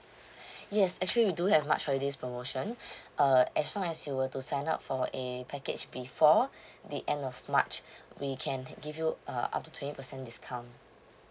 yes actually we do have march holidays promotion uh as long as you were to sign up for a package before the end of march we can give you uh up to twenty percent discount